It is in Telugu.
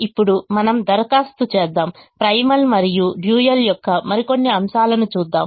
ఇప్పుడు మనం దరఖాస్తు చేద్దాం ప్రైమల్ మరియు డ్యూయల్ యొక్క మరికొన్ని అంశాలను చూద్దాం